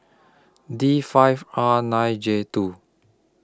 D five R nine J two